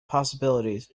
possibilities